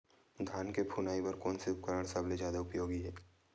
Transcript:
धान के फुनाई बर कोन से उपकरण सबले जादा उपयोगी हे?